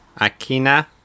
Akina